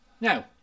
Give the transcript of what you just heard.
Now